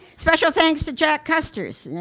special thanks to jack custors